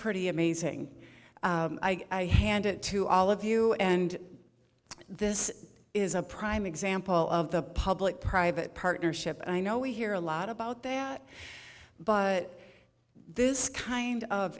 pretty amazing i hand it to all of you and this is a prime example of the public private partnership and i know we hear a lot about that but this kind of